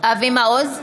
אבי מעוז,